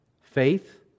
faith